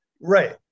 right